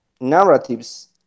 narratives